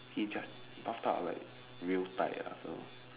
he just bathtub are like real tight ah so